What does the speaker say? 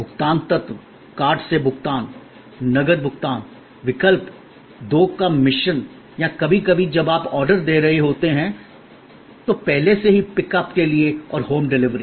भुगतान तत्व कार्ड से भुगतान नकद भुगतान विकल्प दो का मिश्रण या कभी कभी जब आप ऑर्डर दे रहे होते हैं तो पहले से ही पिकअप के लिए और होम डिलीवरी